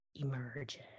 emerge